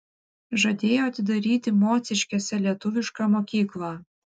žadėjo atidaryti mociškėse lietuvišką mokyklą